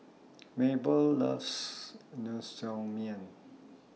Maebelle loves Naengmyeon